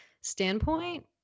standpoint